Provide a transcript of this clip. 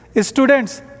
Students